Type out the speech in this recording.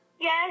Yes